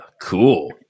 cool